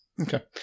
Okay